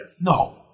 No